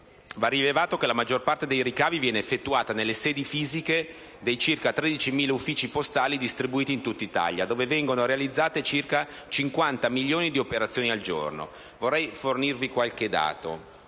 Va rilevato che la maggior parte dei ricavi viene effettuata nelle sedi fisiche dei circa 13.000 uffici postali distribuiti in tutta Italia, dove vengono realizzate circa 50 milioni di operazioni al giorno. Vorrei fornirvi qualche dato